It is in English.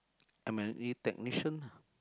M_N_E technician